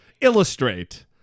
illustrate